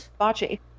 bocce